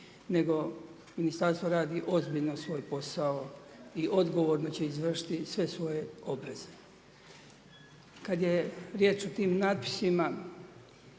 nego ministarstvo radi ozbiljno svoj posao i odgovorno će izvršiti sve svoje obaveze. Kada je riječ o tim natpisima,